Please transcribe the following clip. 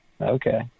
Okay